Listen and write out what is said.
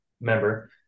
member